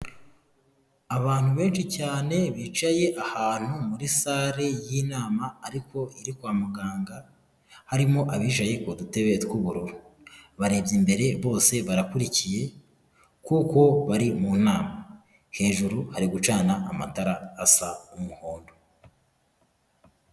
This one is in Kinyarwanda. Abantu benshi cyane bicaye ahantu muri sale y'inama, ariko iri kwa muganga, harimo abicaye ku dutebe tw'ubururu, barebye imbere bose barakurikiye kuko bari mu nama, hejuru ari gucana amatara asa umuhondo.